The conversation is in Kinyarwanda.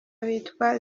bitwa